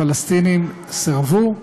הפלסטינים סירבו,